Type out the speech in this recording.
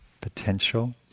potential